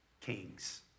Kings